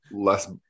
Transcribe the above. less